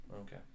Okay